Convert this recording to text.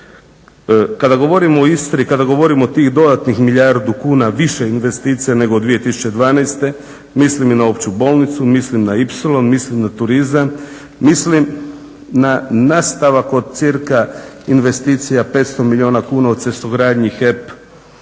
Kada govorimo o Istri, kada govorimo o tih dodatnih milijardu kuna više investicija nego 2012. mislim i na opću bolnicu, mislim na ipsilon, mislim na turizam, mislim na nastavak od cca investicija 500 milijuna kuna u cestogradnji, HEP,